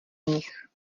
nich